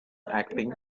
acting